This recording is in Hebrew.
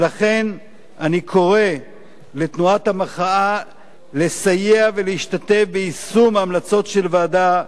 ולכן אני קורא לתנועת המחאה לסייע ולהשתתף ביישום ההמלצות של הוועדה.